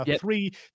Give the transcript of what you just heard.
Three